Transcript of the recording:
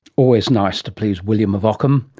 always nice to please william of ockham.